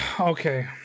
Okay